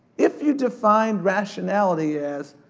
if you define rationality as,